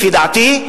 לפי דעתי.